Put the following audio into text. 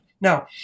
Now